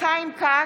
חיים כץ, נגד